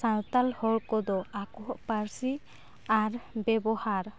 ᱥᱟᱱᱛᱟᱲ ᱦᱚᱲ ᱠᱚᱫᱚ ᱟᱠᱚᱣᱟᱜ ᱯᱟᱹᱨᱥᱤ ᱟᱨ ᱵᱮᱵᱚᱦᱟᱨ